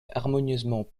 harmonieusement